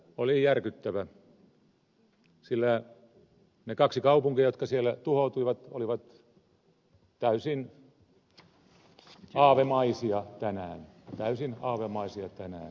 oli järkyttävää sillä ne kaksi kaupunkia jotka siellä tuhoutuivat olivat täysin aavemaisia tänään täysin aavemaisia tänään